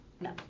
No